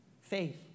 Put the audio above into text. Faith